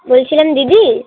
বলছিলাম দিদি